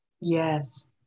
Yes